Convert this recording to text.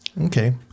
Okay